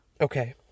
Okay